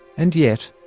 and yet,